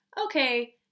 Okay